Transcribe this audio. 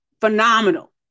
phenomenal